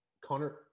Connor